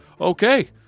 okay